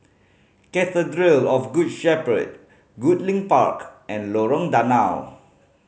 Cathedral of Good Shepherd Goodlink Park and Lorong Danau